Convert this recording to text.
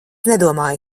nedomāju